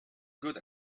good